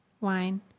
wine